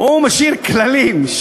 הוא משאיר כללים,